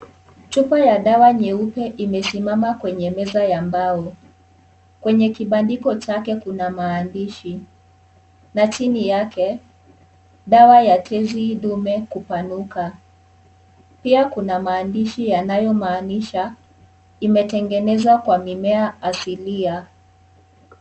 Chupa ya dawa nyeupe, imesimama kwenye meza ya mbao. Kwenye kibandiko chake kuna maandishi na chini yake, dawa ya tezi dume kupanuka. Pia kuna maandishi yanayomaanisha, imetengenezwa kwa mimea asilia.